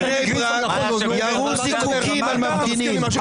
בבני ברק ירו זיקוקים על מפגינים.